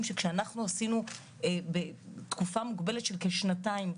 שכשאנחנו עשינו בתקופה מוגבלת של כשנתיים,